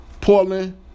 portland